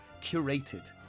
curated